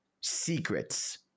secrets